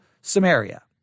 Samaria